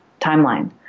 timeline